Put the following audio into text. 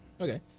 okay